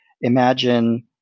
imagine